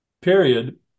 period